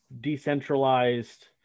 decentralized